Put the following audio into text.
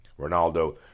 Ronaldo